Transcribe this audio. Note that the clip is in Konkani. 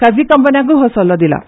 खासगी कंपन्यांकय हो सल्लो दिलां